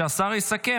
כשהשר יסכם,